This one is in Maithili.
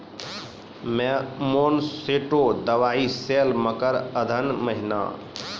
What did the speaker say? मोनसेंटो दवाई सेल मकर अघन महीना,